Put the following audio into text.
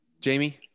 Jamie